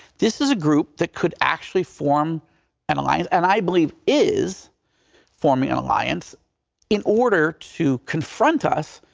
this is a group that could actually form an alliance, and i believe is forming an alliance in order to confront us,